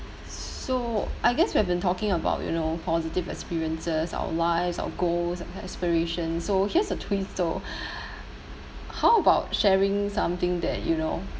so I guess we have been talking about you know positive experiences our lives our goals and aspiration so here's a twist though how about sharing something that you know